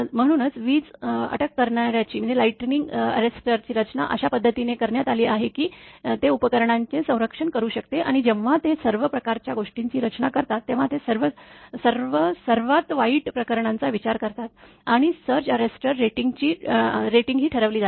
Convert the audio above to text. म्हणूनच वीज अटक करणाऱ्याची रचना अशा पद्धतीने करण्यात आली आहे की ते उपकरणांचे संरक्षण करू शकते आणि जेव्हा ते सर्व प्रकारच्या गोष्टींची रचना करतात तेव्हा ते सर्व सर्वात वाईट प्रकरणांचा विचार करतात आणि सर्ज अस्टर रेटिंग ची ठरवली जाते